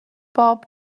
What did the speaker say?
bob